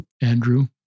Andrew